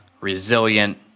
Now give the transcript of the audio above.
resilient